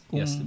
yes